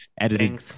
editing